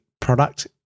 product